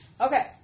Okay